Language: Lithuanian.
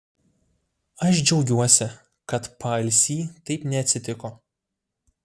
aš džiaugiuosi kad paalsy taip neatsitiko